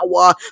power